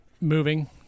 moving